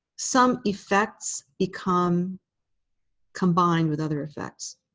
some effects become combined with other effects.